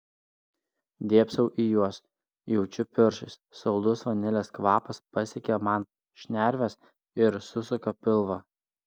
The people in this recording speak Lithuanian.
dėbsau į juos jaučiu pirštais saldus vanilės kvapas pasiekia man šnerves ir susuka pilvą